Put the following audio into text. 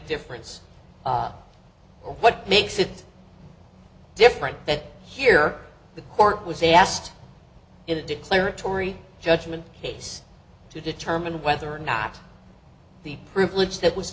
difference what makes it different that here the court was asked in a declaratory judgment case to determine whether or not the privilege that was